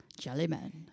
Jellyman